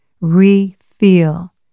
re-feel